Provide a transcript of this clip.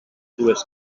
dues